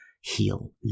heal